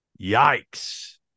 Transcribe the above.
Yikes